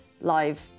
live